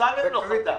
הוא לא חתם.